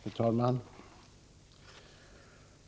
Herr talman!